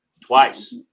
twice